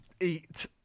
eat